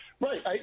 right